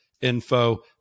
info